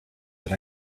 that